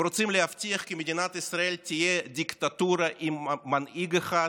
הם רוצים להבטיח כי מדינת ישראל תהיה דיקטטורה עם מנהיג אחד,